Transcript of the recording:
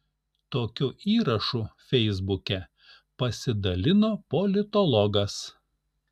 tokiu įrašu feisbuke pasidalino politologas